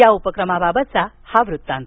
या उपक्रमाबाबतचा हा वृत्तांत